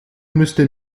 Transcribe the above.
müsste